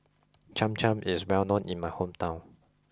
Cham Cham is well known in my hometown